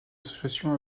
association